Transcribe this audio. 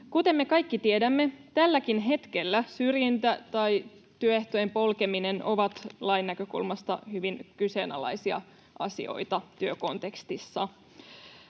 Kuten me kaikki tiedämme, tälläkin hetkellä syrjintä tai työehtojen polkeminen ovat lain näkökulmasta hyvin kyseenalaisia asioita työkontekstissa.